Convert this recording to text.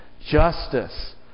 justice